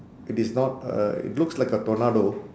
it is not a it looks like a tornado